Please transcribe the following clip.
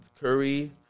Curry